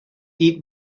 eat